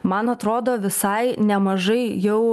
man atrodo visai nemažai jau